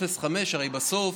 0.5%. הרי בסוף,